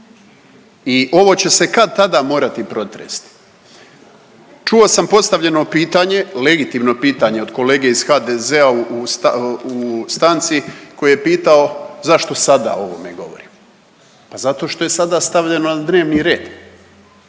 i ovo će se kad tada morati protresti. Čuo sam postavljeno pitanje, legitimno pitanje od kolege iz HDZ-a u stanci koji je pitao zašto sada o ovome govorimo? Pa zato što je sada stavljeno na dnevni red.